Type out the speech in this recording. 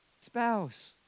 spouse